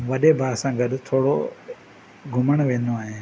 वॾे भाउ सां गॾु थोरो घुमण वेंदो आहियां